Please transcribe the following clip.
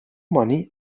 money